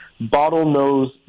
bottlenose